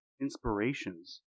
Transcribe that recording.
inspirations